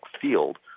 field